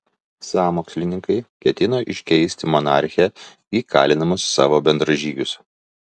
sąmokslininkai ketino iškeisti monarchę į kalinamus savo bendražygius